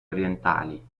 orientali